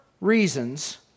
reasons